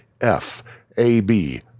F-A-B